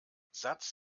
satz